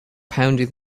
pounding